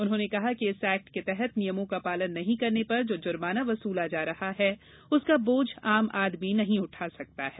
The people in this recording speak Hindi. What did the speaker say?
उन्होंने कहा कि इस एक्ट के तहत नियमों का पालन नहीं करने पर जो जुर्माना वसुला जा रहा है उसका बोझ आम आदमी नहीं उठा सकता है